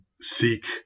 seek